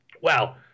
wow